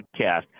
Podcast